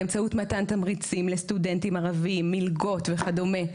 באמצעות מתן תמריצים לסטודנטים ערבים מלגות וכדומה.